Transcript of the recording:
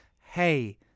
hey